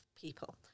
people